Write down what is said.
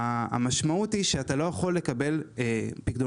המשמעות היא שאתה לא יכול לקבל פיקדונות